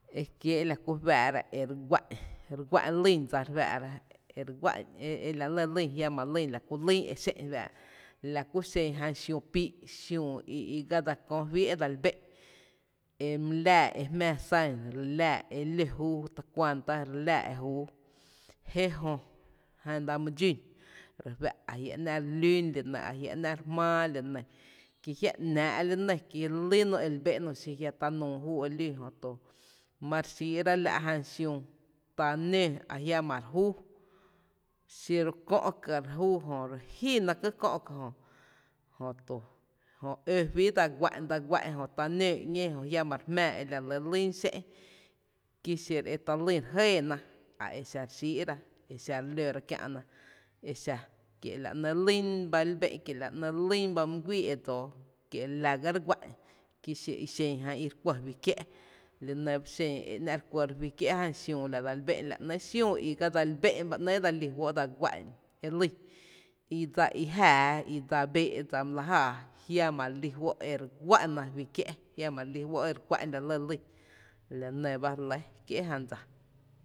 E kiee’ la kú re fáá’ra e re guá’n, re gu’an e lyn dsa re fáá’ra, e re guá’n e la lɇ lýn jiama’ lýn la kú lyn e xé’n, la ku xiüü i píí’ e my le laa e san, e ló júú ta kuanta re laa, e júú, je jö jan dsa my dxún re fá’ a jia’ ‘ná’ re jmáá la nɇ, ajia’ ‘ná re lún la nɇ ki la lýno e re bé’ no xiru ajia’ ta nuu júú e lún jötu mare xíí’ra la’ jan xiüü, ta nǿǿ ajiamá’ re júú xiro kö’ ka re júú jo re jína ka kö’ ka’ jö, jötu ǿ fí e dse guá’n dsa guá’n jö jiama re jmⱥⱥ ‘ñee jö la le lýn xé’n ki xiro talýn re jɇɇna a e xa re xíí’ra a e xa re lóra kiä’na exa kie’ la ¿néé’ lýn ba li bbé’n kie’ la ‘néé’ lýn ba mý guíí e dsóó kie’ la ga re guá’n ki xi a i xen jan i re kue fí kié’ li nɇ ba xen e ‘ná’ re kuɇra fí kié’ jan xiüü la dsali bén’n la néé’ xiüü i ga dseli bé’n ba ‘néé’ e dse guá’n e lýn i dsa i dsa i jáaá dsa i bee’ i jáá my la jáaá jiama re lí fó’ e re gua’na fí kié’ jiama re lí fó’ ere guá’n e la lɇ lyn, la nɇ ba.